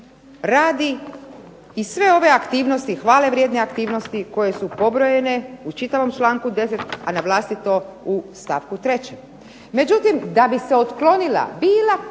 radi i sve aktivnosti, hvale vrijedne aktivnosti koje su pobrojene u čitavom članku 10. a na vlastito u stavku 3. Međutim, da bi se otklonila bilo